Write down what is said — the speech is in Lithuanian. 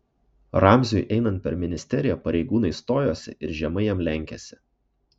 ramziui einant per ministeriją pareigūnai stojosi ir žemai jam lenkėsi